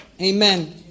amen